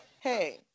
Hey